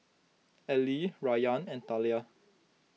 Allie Rayan and Talia